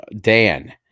Dan